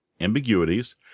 ambiguities